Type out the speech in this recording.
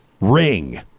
ring